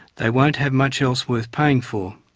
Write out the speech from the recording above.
they won't have much else worth paying for.